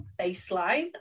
baseline